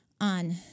on